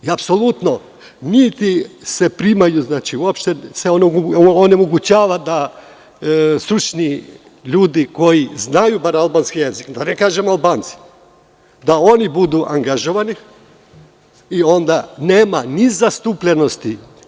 Apsolutno niti se primaju, onemogućava se da stručni ljudi koji znaju bar albanski jezik, da ne kažem Albanci, budu angažovani i onda nema ni zastupljenosti.